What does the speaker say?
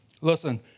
Listen